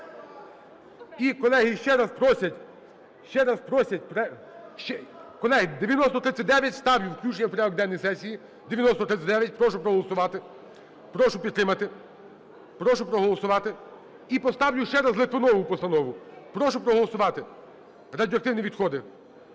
І, колеги, ще раз просять… Колеги, 9039 ставлю включення у порядок денної сесії. 9039 прошу проголосувати, прошу підтримати. Прошу проголосувати. І поставлю ще раз Литвина постанову. Прошу проголосувати радіоактивні відходи,